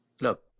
look